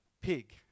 pig